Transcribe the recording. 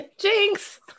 jinx